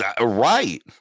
right